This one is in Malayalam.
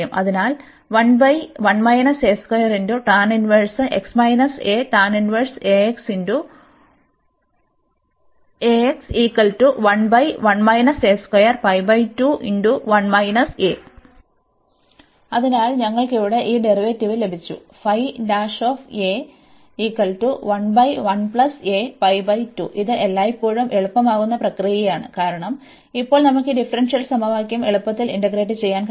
അതിനാൽ അതിനാൽ ഞങ്ങൾക്ക് ഇവിടെ ഈ ഡെറിവേറ്റീവ് ലഭിച്ചു ഇത് എല്ലായ്പ്പോഴും എളുപ്പമാക്കുന്ന പ്രക്രിയയാണ് കാരണം ഇപ്പോൾ നമുക്ക് ഈ ഡിഫറൻഷ്യൽ സമവാക്യം എളുപ്പത്തിൽ ഇന്റഗ്രേറ്റ് ചെയ്യാൻ കഴിയും